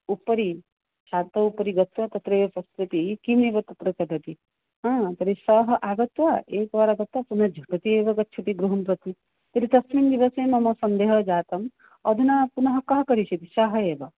उपरि छात्रोपरि गत्वा तत्र एव पश्यति किम् एव तत्र पतति तर्हि सः आगत्य एकवारं तत्र पुनः झटिति एव गच्छति गृहं प्रति तर्हि तस्मिन् दिवसे मम सन्देहः जातः अधुना पुनः कः करिष्यति सः एव